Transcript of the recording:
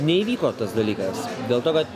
neįvyko tas dalykas dėl to kad